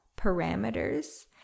parameters